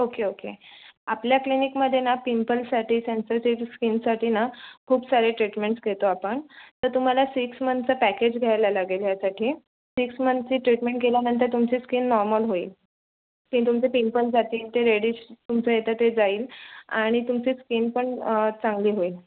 okay okay आपल्या क्लिनीकमध्ये ना पिंपलसाठी सेन्सेटिव स्किनसाठी ना खूप सारे ट्रीटमेंट्स देतो आपण तर तुम्हाला सिक्स मन्थचं पॅकेज घ्यायला लागेल ह्यासाठी सिक्स मंथची ट्रीटमेंट केल्यांनतर तुमची स्किन नॉर्मल होईल पि तुमचे पिंपल्स जातील ते रेडिश तुमचं येतं ते जाईल आणि तुमची स्किन पण चांगली होईल